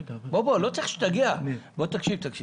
באוויר ובים אתה יודע